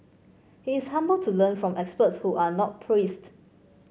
he is humble to learn from experts who are not priests